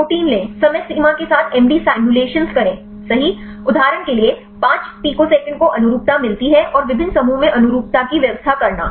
protein लें समय सीमा के साथ एमडी सिमुलेशन करें सही उदाहरण के लिए 5 पिकोसेकंड को अनुरूपता मिलती है और विभिन्न समूहों में अनुरूपता की व्यवस्था करना